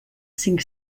cinc